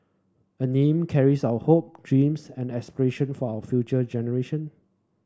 a name carries our hope dreams and aspiration for our future generation